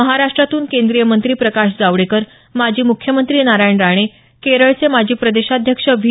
महाराष्ट्रातून केंद्रीय मंत्री प्रकाश जावडेकर माजी मुख्यमंत्री नारायण राणे केरळचे माजी प्रदेशाधक्ष व्ही